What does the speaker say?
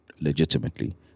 legitimately